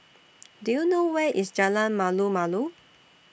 Do YOU know Where IS Jalan Malu Malu